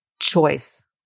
choice